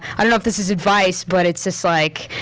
i don't know if this is advice, but it's just like,